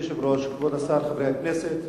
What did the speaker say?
אדוני היושב-ראש, כבוד השר, חברי הכנסת,